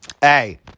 hey